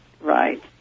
Right